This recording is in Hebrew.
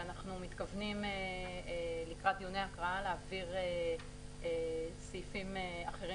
ואנחנו מתכוונים לקראת דיוני ההקראה להעביר סעיפים אחרים